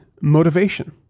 motivation